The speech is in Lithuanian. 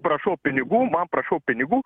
prašau pinigų man prašau pinigų